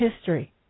history